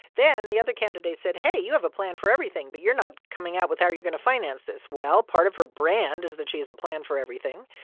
then the other candidates said, hey you have a plan for everything, but you're not coming out with how you're going to finance this. well, part of her brand is that she has a plan for everything,